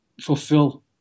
fulfill